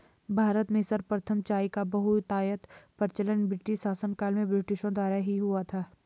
भारत में सर्वप्रथम चाय का बहुतायत प्रचलन ब्रिटिश शासनकाल में ब्रिटिशों द्वारा ही हुआ था